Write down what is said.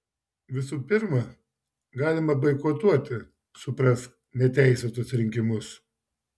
visų pirma galima boikotuoti suprask neteisėtus rinkimus